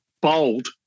Bold